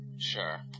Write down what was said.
sure